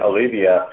Olivia